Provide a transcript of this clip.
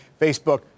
Facebook